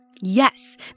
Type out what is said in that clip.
Yes